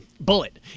bullet